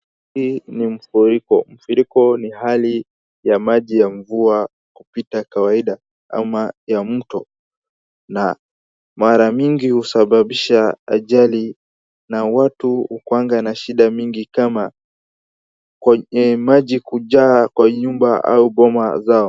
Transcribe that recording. Hii ni mfuriko. Mfuriko ni hali ya maji ya mvua kupita kawaida ama ya mto na mara mingi husababisha ajali na watu hukwanga na shida mingi kama maji kujaa kwa nyumba au boma zao.